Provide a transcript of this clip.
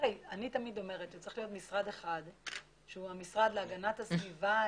אני תמיד אומרת שצריך להיות משרד אחד שהוא המשרד להגנת הסביבה,